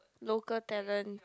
local talent